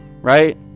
right